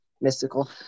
mystical